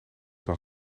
dan